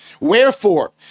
Wherefore